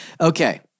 Okay